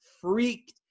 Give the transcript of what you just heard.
freaked